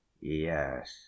yes